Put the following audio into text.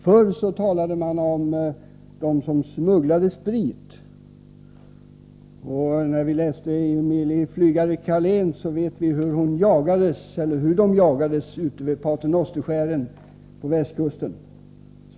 Förr talade man om dem som smugglade sprit. I Emilie Flygare-Carléns böcker kunde vi läsa om hur smugglarna jagades vid Pater Noster-skären på västkusten.